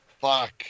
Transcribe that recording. Fuck